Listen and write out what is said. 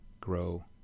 grow